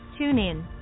TuneIn